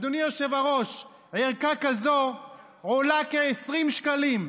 אדוני היושב-ראש, ערכה כזו עולה כ-20 שקלים,